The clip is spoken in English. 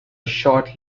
short